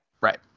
Right